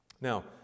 Now